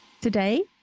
Today